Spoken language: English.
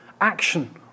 action